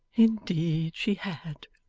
indeed she had